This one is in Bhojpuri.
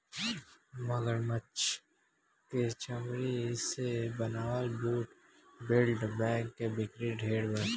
मगरमच्छ के चमरी से बनावल बूट, बेल्ट, बैग के बिक्री ढेरे बा